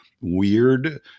weird